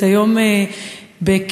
הם גם הוציאו שם רע למקצוע.